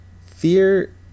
Fear